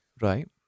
Right